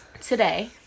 today